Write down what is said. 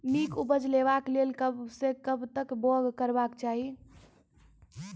नीक उपज लेवाक लेल कबसअ कब तक बौग करबाक चाही?